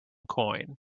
coin